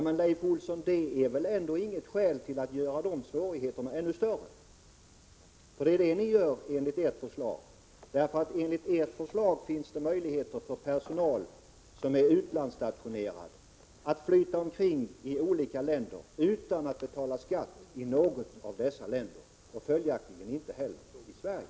Men, Leif Olsson, det är väl inget skäl till att göra de svårigheterna ännu större, för det gör ni med ert förslag. Enligt ert förslag finns det möjlighet för personal som är utomlandsstationerad att flytta omkring i olika länder utan att betala skatt i något av dessa länder, följaktligen inte heller i Sverige.